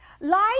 Life